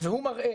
והוא מראה,